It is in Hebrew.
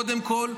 קודם כול,